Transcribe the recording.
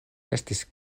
estis